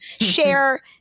share